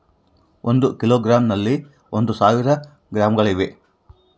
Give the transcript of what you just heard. ಒಂದು ಕಿಲೋಗ್ರಾಂ ನಲ್ಲಿ ಒಂದು ಸಾವಿರ ಗ್ರಾಂಗಳಿವೆ